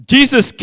Jesus